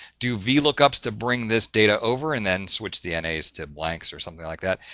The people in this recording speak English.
do vlookups, to bring this data over and then, switch the n a's to blanks or something like that,